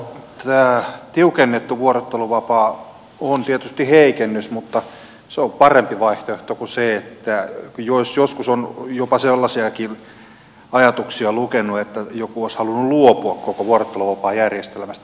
joo tämä tiukennettu vuorotteluvapaa on tietysti heikennys mutta se on parempi vaihtoehto kuin se niin kuin joskus olen jopa sellaisiakin ajatuksia lukenut että joku olisi halunnut luopua koko vuorotteluvapaajärjestelmästä